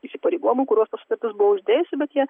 įsipareigojimų kuriuos ta sutatrtis buvo uždėjusi bet jie